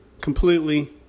completely